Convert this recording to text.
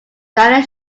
dinah